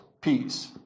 peace